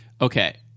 Okay